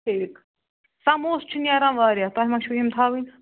ٹھیٖک سَموسہٕ چھِ نیران وارِیاہ تۄہہِ مہ چھُو یِم تھاوٕنۍ